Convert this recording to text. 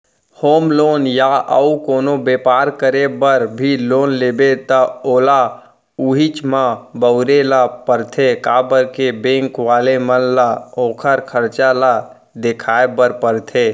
home loan या अउ कोनो बेपार करे बर भी लोन लेबे त ओला उहींच म बउरे ल परथे काबर के बेंक वाले मन ल ओखर खरचा ल देखाय बर परथे